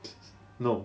no